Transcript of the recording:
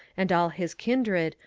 and all his kindred,